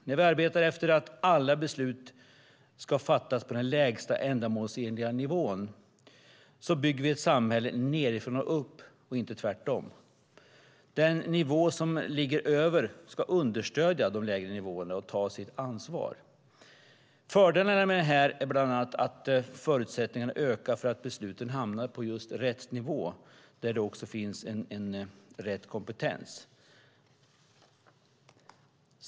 När vi arbetar efter att alla beslut ska fattas på den lägsta ändamålsenliga nivån bygger vi ett samhälle nedifrån och upp och inte tvärtom. Den nivå som ligger över ska understödja de lägre nivåerna i att ta sitt ansvar. Fördelarna med det här är bland annat att förutsättningarna ökar för att besluten hamnar på rätt nivå där det också finns rätt kompetens.